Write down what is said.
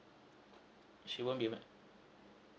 she won't be able